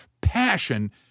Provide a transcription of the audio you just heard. Passion